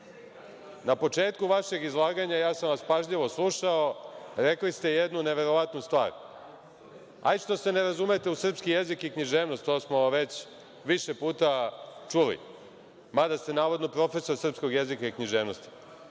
početku vašeg izlaganja, ja sam vas pažljivo slušao, rekli ste jednu neverovatnu stvar. Hajde što se ne razumete u srpski jezik i književnost, to smo već više puta čuli, mada ste navodno profesor srpskog jezika i književnosti,